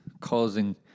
causing